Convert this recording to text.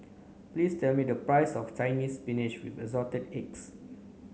please tell me the price of Chinese Spinach with Assorted Eggs